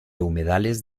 humedales